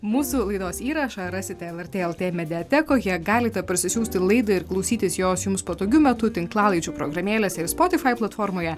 mūsų laidos įrašą rasite lrt lt mediatekoje galite parsisiųsti laidą ir klausytis jos jums patogiu metu tinklalaidžių programėlėse ir spotify platformoje